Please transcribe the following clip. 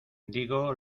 digo